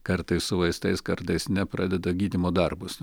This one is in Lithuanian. kartais su vaistais kartais ne pradeda gydymo darbus